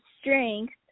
strength